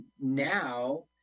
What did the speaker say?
now